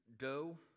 go